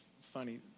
funny